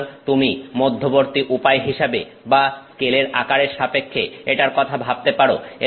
সুতরাং তুমি মধ্যবর্তী উপায় হিসেবে বা স্কেলের আকারের সাপেক্ষে এটার কথা ভাবতে পারো